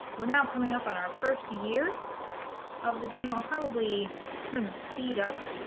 we're now coming up on our first year of the game i'll probably turn the speed up